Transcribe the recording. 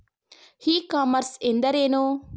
E commerce ಎಂದರೇನು?